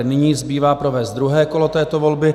Nyní zbývá provést druhé kolo této volby.